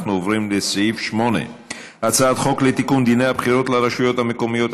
אנחנו עוברים לסעיף 8. הצעת חוק לתיקון דיני הבחירות לרשויות המקומיות,